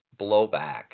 blowback